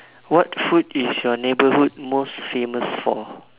what food is your neighbourhood most famous for